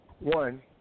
one